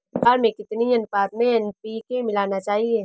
ज्वार में कितनी अनुपात में एन.पी.के मिलाना चाहिए?